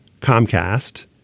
Comcast